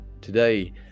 Today